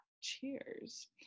Cheers